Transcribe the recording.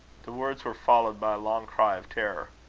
the words were followed by a long cry of terror.